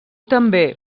també